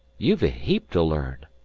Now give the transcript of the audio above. you've a heap to learn.